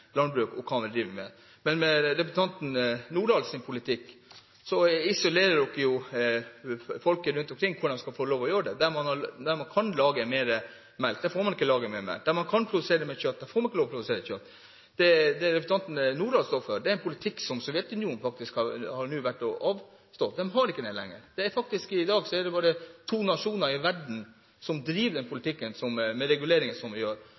landbruk, eller hva man vil drive med. Men med representanten Lange Nordahls politikk isolerer man jo folket rundt omkring, hvor de skal få lov til å gjøre det. Der man kan produsere mer melk, får man ikke produsere mer melk, der man kan produsere mer kjøtt, får man ikke lov til å produsere kjøtt. Det representanten Lange Nordahl står for, er en politikk som Sovjetunionen faktisk nå har avstått fra. De har ikke den lenger. I dag er det faktisk bare to nasjoner i verden som driver en slik politikk med reguleringer som vi gjør,